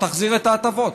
או תחזיר את ההטבות.